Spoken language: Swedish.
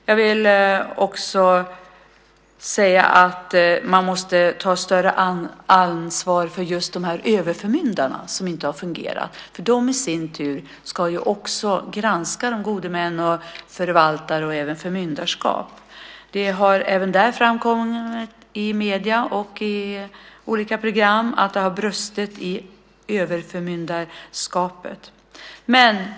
Man måste dessutom ta större ansvar för de överförmyndare som inte fungerat eftersom de i sin tur ska granska gode män, förvaltare och också förmyndarskap. Det har i medier och olika program framkommit att det brustit i överförmyndarskapet.